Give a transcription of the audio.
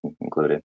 included